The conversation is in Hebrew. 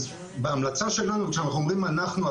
אז בהמלצה שלנו כשאנחנו אומרים אנחנו,